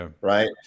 right